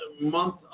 month